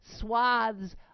swaths